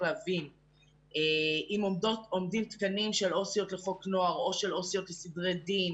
אם עומדים תקנים של עובדות סוציאליות לחוק נוער או של לסדרי דין